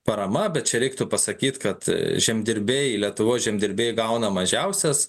parama bet čia reiktų pasakyt kad žemdirbiai lietuvos žemdirbiai gauna mažiausias